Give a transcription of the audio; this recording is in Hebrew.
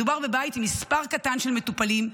מדובר בבית עם מספר קטן של מטופלים,